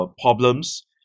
problems